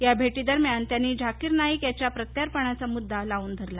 या भेांदिरम्यान त्यांनी झाकीर नाईक याच्या प्रत्यार्पणाचा मुद्दा लावून धरला